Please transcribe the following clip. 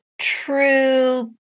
true